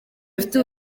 bafite